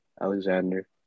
Alexander